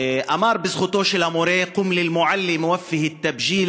אמר בזכותו של המורה: (אומר דברים בשפה הערבית,